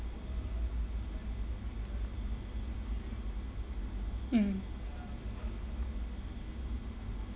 mm